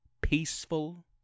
peaceful